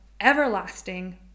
everlasting